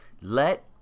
let